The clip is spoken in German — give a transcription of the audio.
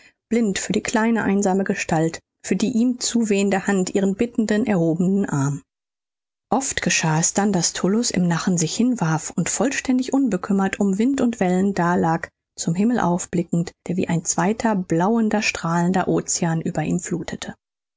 blind für die kleine einsame gestalt für die ihm zuwinkende hand ihren bittend erhobenen arm oft geschah es dann daß tullus im nachen sich hinwarf und vollständig unbekümmert um wind und wellen dalag zum himmel aufblickend der wie ein zweiter blauender strahlender ocean über ihm fluthete